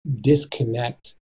disconnect